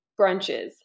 brunches